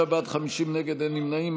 33 בעד, 50 נגד, אין נמנעים.